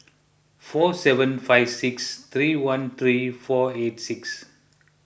four seven five six three one three four eight six